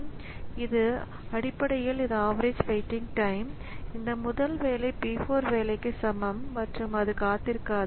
எனவே இது அடிப்படையில் இது ஆவரேஜ் வெயிட்டிங் டைம் இந்த முதல் வேலை P 4 வேலைக்கு சமம் மற்றும் அது காத்திருக்காது